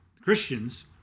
Christians